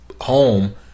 home